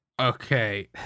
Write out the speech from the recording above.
Okay